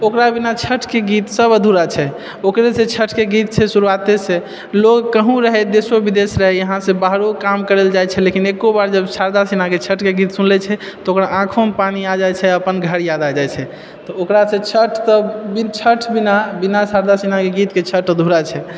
ओकरा बिना छठके गीत सभ अधुरा छै ओकरेसँ छठके गीते छै शुरुआतेसँ लोक कहुँ रहै देशो विदेश रहै इहाँ से बाहरो काम करै लऽ जाइत छै लेकिन एको बार जब शारदा सिन्हाके छठि कऽ गीत सुनि लए छै तऽ ओकरा आँखोमे पानि आबि जाइत छै अपन घर याद आ जाइत छै तऽ ओकरासँ छठ तऽ बिन छठ बिना बिना शारदा सिन्हाके गीतके छठ अधूरा छै